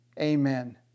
Amen